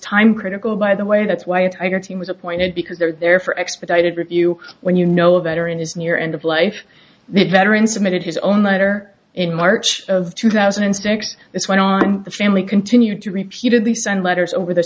critical by the way that's why a tiger team was appointed because they're there for expedited review when you know a better in his new year end of life the veteran submitted his own letter in march of two thousand and six this went on the family continued to repeatedly send letters over the